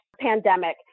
pandemic